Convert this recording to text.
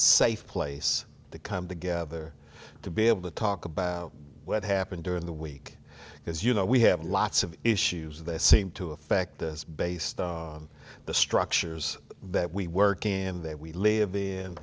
safe place to come together to be able to talk about what happened during the week because you know we have lots of issues that seem to affect us based on the structures that we work in that we live in